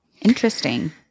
Interesting